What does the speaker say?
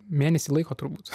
mėnesiui laiko turbūt